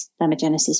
thermogenesis